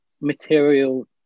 material